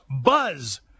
Buzz